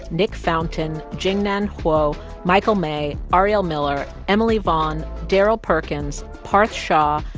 nick fountain, jingnan huo, michael may, ah ariel miller, emily vaughn, darryl perkins, parth shah,